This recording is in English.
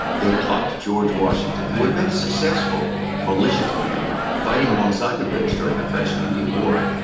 they plucked george washington, who had been a successful militia commander fighting alongside the british during the french and indian war,